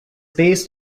based